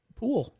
pool